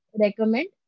recommend